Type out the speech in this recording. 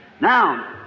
Now